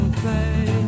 play